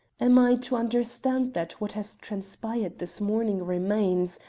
am i to understand that what has transpired this morning remains,